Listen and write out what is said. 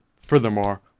Furthermore